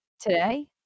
Today